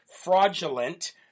fraudulent